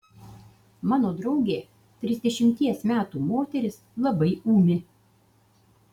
mano draugė trisdešimties metų moteris labai ūmi